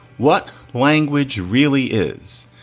what language really is.